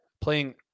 playing